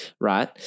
right